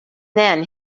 then